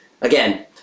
Again